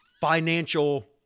financial